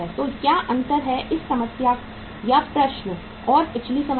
तो क्या अंतर है इस समस्या या प्रश्न और पिछली समस्या